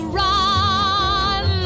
run